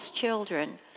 children